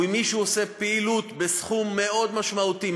אם מישהו עושה פעילות בסכום מאוד משמעותי,